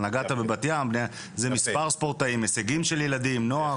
זה מספר ספורטאים, הישגים של ילדים, נוער?